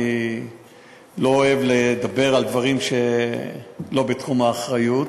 אני לא אוהב לדבר על דברים שאינם בתחום האחריות.